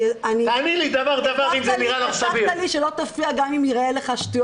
תעני לי דבר-דבר, אם זה נראה לך סביר.